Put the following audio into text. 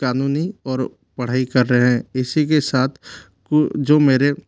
कानूनी और पढ़ाई कर रहे हैं इसी के साथ जो मेरे